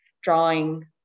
drawing